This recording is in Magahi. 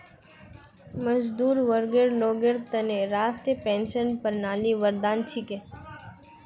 मजदूर वर्गर लोगेर त न राष्ट्रीय पेंशन प्रणाली वरदान छिके